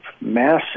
massive